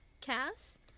Cass